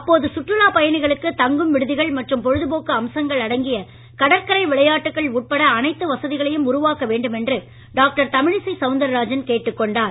அப்போது சுற்றுலா பயணிகளுக்கு தங்கும் விடுதிகள் மற்றும் பொழுதுபோக்கு அம்சங்கள் அடங்கிய கடற்கரை விளையாட்டுகள் உட்பட அனைத்து வசதிகளையும் உருவாக்க வேண்டும் என்று டாக்டர் தமிழிசை சவுந்தராஜன் கேட்டுக்கொண்டார்